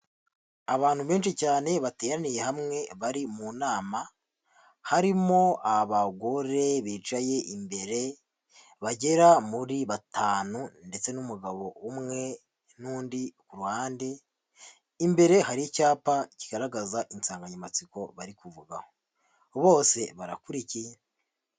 Abantu benshi cyane bateraniye hamwe, bari mu nama, harimo abagore bicaye imbere, bagera muri batanu ndetse n'umugabo umwe n'undi ku ruhande, imbere hari icyapa kigaragaza insanganyamatsiko bari kuvugaho. Bose barakurikiye.